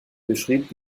beschrieb